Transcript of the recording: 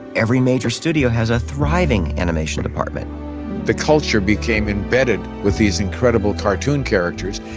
every major studio has a thriving animation department the culture became embedded with these incredible cartoon characters.